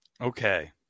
Okay